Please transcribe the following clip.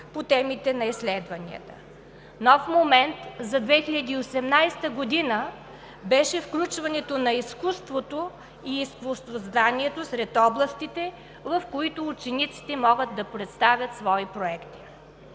по темите на изследванията. Нов момент за 2018 г. беше включването на изкуството и изкуствознанието сред областите, в които учениците могат да представят свои проекти.